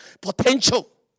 potential